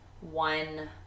one